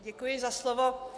Děkuji za slovo.